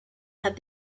have